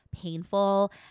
painful